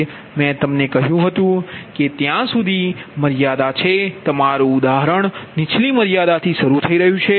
મેં તમને કહ્યું હતું કે ત્યાં સુધી મર્યાદા છે તમારું ઉદાહરણ નીચલી મર્યાદાથી શરૂ થઈ રહ્યું છે